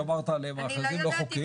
שאמרת עליהם מאחזים לא חוקיים.